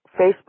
Facebook